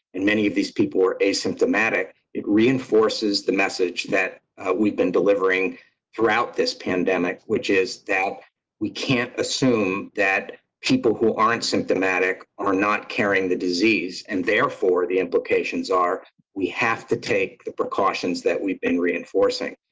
and many of these people were asymptomatic. it reinforces the message that we've been delivering throughout this pandemic, which is that we can't assume that people who aren't symptomatic are not carrying the disease, and therefore the implications are we have to take the precautions that we've been reinforcing.